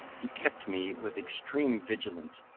he kept me, with extreme vigilance,